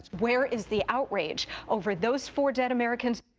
where is the outrage over those four dead americans?